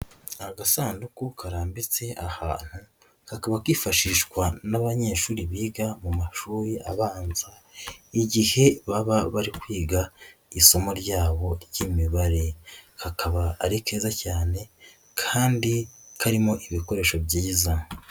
Agasanduku karambitse ahantu, kakaba kifashishwa n'abanyeshuri biga mu mashuri abanza, igihe baba bari kwiga isomo ryabo ry'imibare, kakaba ari keza cyane kandi karimo ibikoresho byiza.